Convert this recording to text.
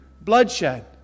bloodshed